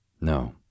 No